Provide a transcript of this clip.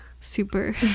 super